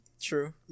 True